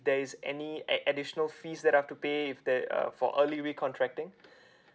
there is any ad~ additional fees that I've to pay if there uh for early recontracting